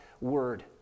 Word